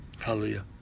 hallelujah